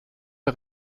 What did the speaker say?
der